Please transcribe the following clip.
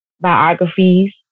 biographies